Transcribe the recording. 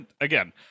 Again